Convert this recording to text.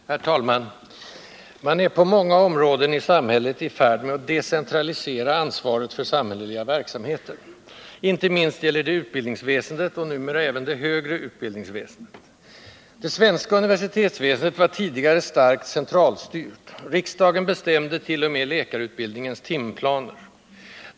Herr talman! Man är på många områden i samhället i färd med att decentralisera ansvaret för samhälleliga verksamheter. Inte minst gäller detta utbildningsväsendet och numera även det högre utbildningsväsendet. Det svenska universitetsväsendet var tidigare starkt centralstyrt. Riksdagen bestämde t.o.m. läkarutbildningens timplaner.